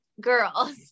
girls